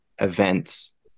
events